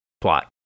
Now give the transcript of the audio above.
plot